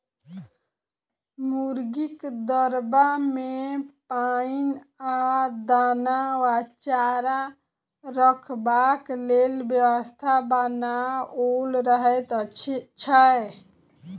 मुर्गीक दरबा मे पाइन आ दाना वा चारा रखबाक लेल व्यवस्था बनाओल रहैत छै